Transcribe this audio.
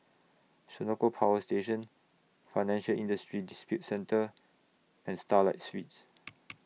Senoko Power Station Financial Industry Disputes Center and Starlight Suites